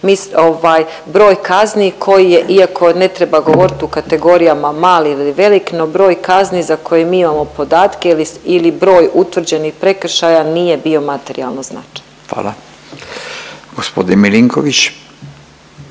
broj kazni koji je, iako ne treba govoriti u kategorijama mali ili velik, no broj kazni za koje mi imamo podatke ili broj utvrđenih prekršaja nije bio materijalno značajan. **Radin, Furio